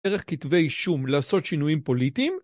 ערך כתבי אישום לעשות שינויים פוליטיים